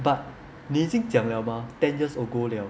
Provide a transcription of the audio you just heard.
but 你已经讲了 mah ten years ago 了